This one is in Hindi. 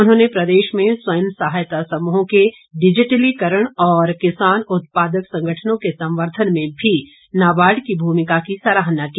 उन्होंने प्रदेश में स्वयं सहायता समूहों के डिजिटलीकरण और किसान उत्पादक संगठनों के संवर्द्वन में भी नाबार्ड की भूमिका की सराहना की